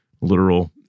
literal